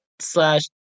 slash